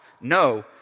No